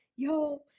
yo